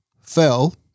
fell